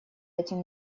этим